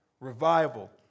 revival